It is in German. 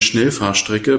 schnellfahrstrecke